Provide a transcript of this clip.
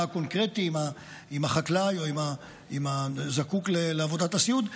הקונקרטי עם החקלאי או עם הזקוק לעבודת הסיעוד,